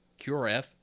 QRF